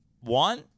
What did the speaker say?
one